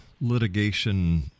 litigation